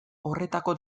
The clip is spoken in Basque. horretako